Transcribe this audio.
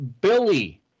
Billy